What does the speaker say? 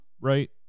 Right